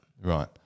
right